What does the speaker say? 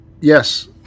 Yes